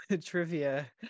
trivia